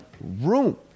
room